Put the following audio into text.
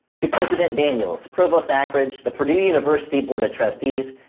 to president daniels, provost akridge, the purdue university board of trustees,